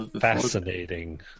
fascinating